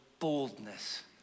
boldness